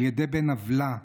על ידי בן עוולה.